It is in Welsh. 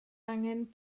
angen